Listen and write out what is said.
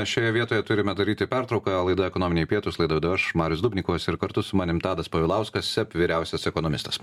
šioje vietoje turime daryti pertrauką laida ekonominiai pietūs laidą vedu aš marius dubnikovas ir kartu su manim tadas povilauskas seb vyriausias ekonomistas